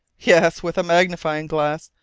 yes, with a magnifying glass!